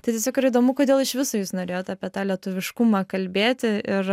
tai tiesiog yra įdomu kodėl iš viso jūs norėjot apie tą lietuviškumą kalbėti ir